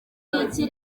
ngiki